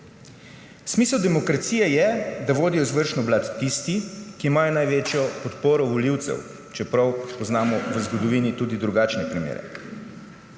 Smisel demokracije je, da vodijo izvršno oblast tisti, ki imajo največjo podporo volivcev, čeprav poznamo v zgodovini tudi drugačne primere.